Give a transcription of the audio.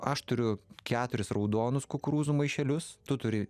aš turiu keturis raudonus kukurūzų maišelius tu turi